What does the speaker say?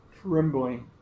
trembling